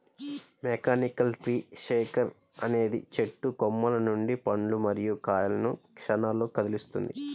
mechanical tree shaker అనేది చెట్టు కొమ్మల నుండి పండ్లు మరియు కాయలను క్షణాల్లో కదిలిస్తుంది